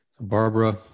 Barbara